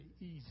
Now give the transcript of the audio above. easy